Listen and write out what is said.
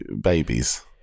babies